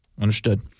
Understood